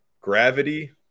gravity